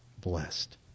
blessed